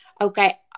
okay